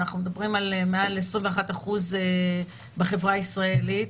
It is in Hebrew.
אנחנו מדברים על יותר מ-21% בחברה הישראלית,